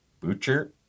Butcher